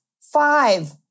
five